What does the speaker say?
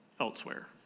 elsewhere